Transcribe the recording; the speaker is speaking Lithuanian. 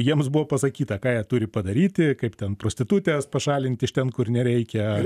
jiems buvo pasakyta ką jie turi padaryti kaip ten prostitutes pašalinti iš ten kur nereikia